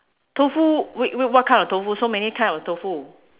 tofu wait wait what kind of tofu so many kind of tofu